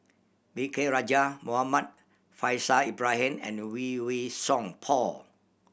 V K Rajah Muhammad Faishal Ibrahim and Lee Wei Song Paul